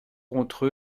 contre